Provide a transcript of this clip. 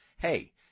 Hey